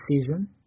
season